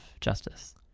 justice